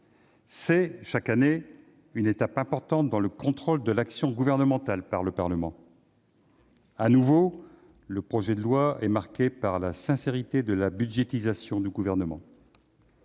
constitue, chaque année, une étape importante dans le contrôle de l'action gouvernementale par le Parlement. De nouveau, le projet de loi est marqué par la sincérité de la budgétisation du Gouvernement.